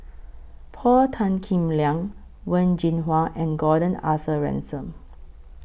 Paul Tan Kim Liang Wen Jinhua and Gordon Arthur Ransome